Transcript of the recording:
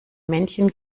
männchen